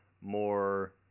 more